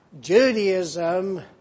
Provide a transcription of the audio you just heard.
Judaism